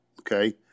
Okay